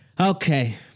Okay